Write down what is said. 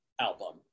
album